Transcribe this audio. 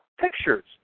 pictures